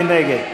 מי נגד?